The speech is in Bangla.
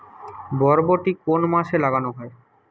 বরবটি কোন মাসে লাগানো হয়?